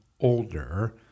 older